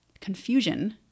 confusion